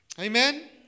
Amen